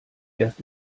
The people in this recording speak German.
erst